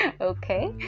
Okay